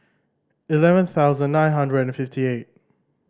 eleven thousand nine hundred fifty eight